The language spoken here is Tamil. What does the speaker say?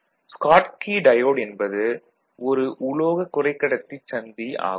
ஸ்காட்கி டயோடு என்பது ஒரு உலோக குறைக்கடத்திச் சந்தி ஆகும்